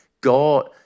God